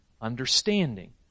understanding